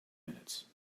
minutes